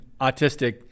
autistic